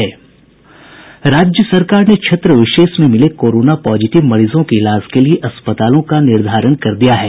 राज्य सरकार ने क्षेत्र विशेष में मिले कोरोना पॉजिटिव मरीजों के इलाज के लिए अस्पतालों का निर्धारण कर दिया है